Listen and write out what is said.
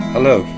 Hello